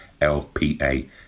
LPA